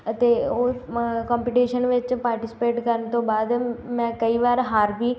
ਅਤੇ ਉਸ ਕੰਪਟੀਸ਼ਨ ਵਿੱਚ ਪਾਰਟੀਸਪੇਟ ਕਰਨ ਤੋਂ ਬਾਅਦ ਮੈਂ ਕਈ ਵਾਰ ਹਾਰ ਵੀ